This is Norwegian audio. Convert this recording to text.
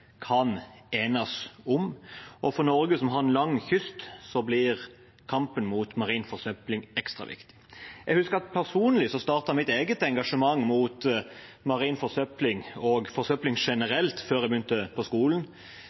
kan enes om. For Norge, som har en lang kyst, blir kampen mot marin forsøpling ekstra viktig. Personlig startet mitt eget engasjement mot marin forsøpling og forsøpling generelt før jeg begynte på skolen.